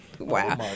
Wow